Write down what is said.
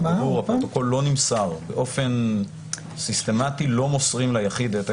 הפרוטוקול לא נמסר באופן שיטתי ליחיד.